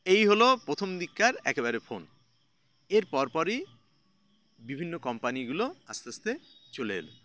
এই হলো প্রথম দিককার একেবারে ফোন এর পরই বিভিন্ন কম্পানিগুলো আস্তে আস্তে চলে এলো